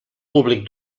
públic